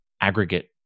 aggregate